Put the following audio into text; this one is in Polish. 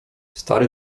stary